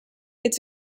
its